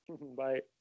Bye